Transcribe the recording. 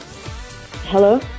Hello